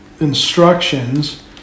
instructions